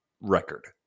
Record